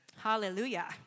Hallelujah